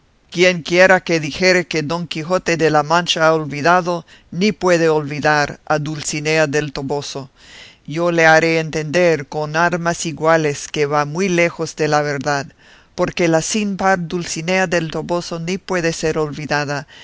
dijo quienquiera que dijere que don quijote de la mancha ha olvidado ni puede olvidar a dulcinea del toboso yo le haré entender con armas iguales que va muy lejos de la verdad porque la sin par dulcinea del toboso ni puede ser olvidada